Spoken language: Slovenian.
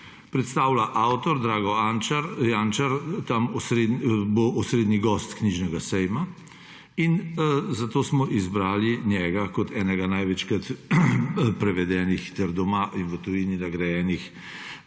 Frankfurtu, avtor Drago Jančar bo osrednji gost knjižnega sejma in zato smo izbrali njega kot enega največkrat prevedenih ter doma in v tujini nagrajenih